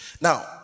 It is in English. Now